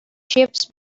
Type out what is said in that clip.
ships